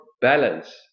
balance